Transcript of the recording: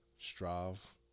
Strive